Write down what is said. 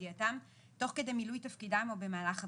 לידיעתם תוך כדי מילוי תפקידם או במהלך עבודתם,